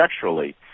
sexually